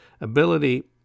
ability